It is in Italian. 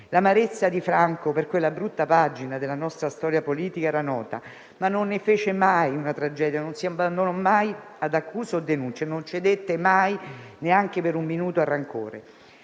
L'amarezza di Franco per quella brutta pagina della nostra storia politica era nota ma non ne fece mai una tragedia, non si abbandonò mai ad accuse o denunce; non cedette mai, neanche per un minuto, al rancore.